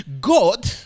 God